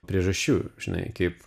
priežasčių žinai kaip